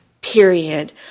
period